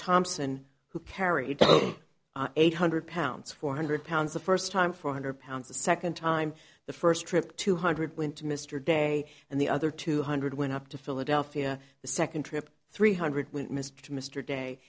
thompson who carried eight hundred pounds four hundred pounds the first time four hundred pounds the second time the first trip two hundred went to mr de and the other two hundred went up to philadelphia the second trip three hundred went mr mr day